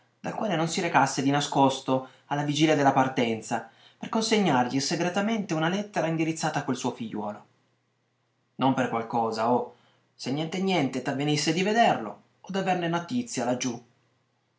dal quale non si recasse di nascosto alla vigilia della partenza per consegnargli segretamente una lettera indirizzata a quel suo figliuolo non per qualche cosa oh se niente niente t'avvenisse di vederlo o d'averne notizia laggiù